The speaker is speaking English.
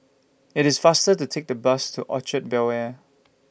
IT IS faster to Take The Bus to Orchard Bel Air